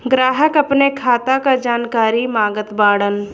ग्राहक अपने खाते का जानकारी मागत बाणन?